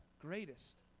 greatest